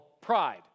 pride